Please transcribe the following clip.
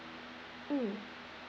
um